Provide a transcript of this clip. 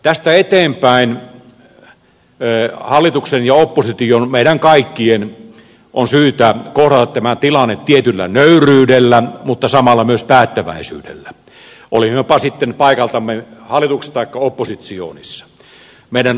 tästä eteenpäin hallituksen ja opposition meidän kaikkien on syytä kohdata tämä tilanne tietyllä nöyryydellä mutta samalla myös päättäväisyydellä olimmepa sitten paikaltamme hallituksessa tai oppositiossa